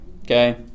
okay